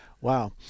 Wow